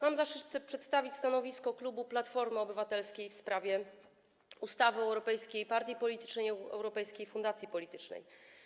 Mam zaszczyt przedstawić stanowisko klubu Platformy Obywatelskiej w sprawie ustawy o europejskiej partii politycznej i europejskiej fundacji politycznej.